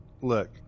look